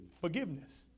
Forgiveness